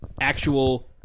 actual